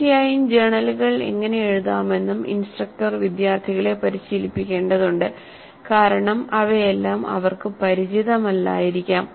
തീർച്ചയായും ജേണലുകൾ എങ്ങനെ എഴുതാമെന്നും ഇൻസ്ട്രക്ടർ വിദ്യാർത്ഥികളെ പരിശീലിപ്പിക്കേണ്ടതുണ്ട് കാരണം അവയെല്ലാം അവർക്കു പരിചിതമല്ലായിരിക്കാം